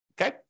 okay